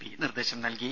P നിർദേശം നൽകി